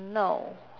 no